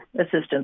assistance